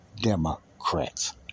Democrats